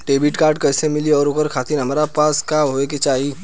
Credit card कैसे मिली और ओकरा खातिर हमरा पास का होए के चाहि?